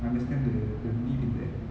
understand the the mean in that